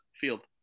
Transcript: field